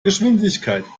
geschwindigkeit